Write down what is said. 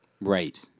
Right